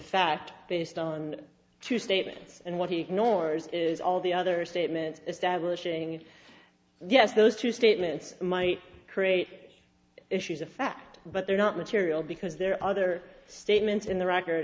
fact based on true statements and what he ignores is all the other statements establishing yes those two statements might create issues of fact but they're not material because there are other statements in the record